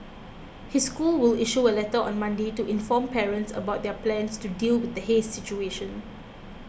his school will issue a letter on Monday to inform parents about their plans to deal with the haze situation